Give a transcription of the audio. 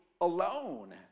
alone